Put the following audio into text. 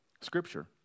Scripture